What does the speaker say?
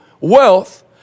wealth